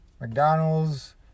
McDonald's